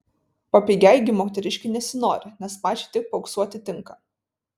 papigiai gi moteriškei nesinori nes pačiai tik paauksuoti tinka